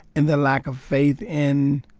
and their lack of faith in